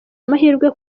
amahirwe